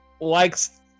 likes